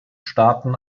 staaten